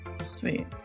Sweet